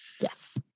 Yes